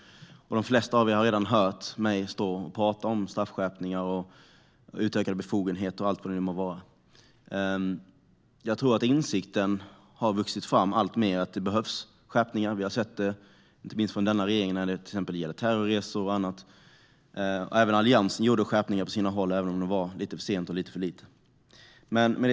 De flesta av er har redan hört mig tala om straffskärpningar, utökade befogenheter och allt vad det nu må vara. Jag tror att insikten om att det behövs skärpningar alltmer har vuxit fram. Vi har sett det hos den här regeringen till exempel när det gäller terrorresor och annat. Även Alliansen gjorde skärpningar på vissa håll, även om det var lite för sent och lite för lite.